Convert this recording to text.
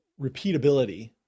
repeatability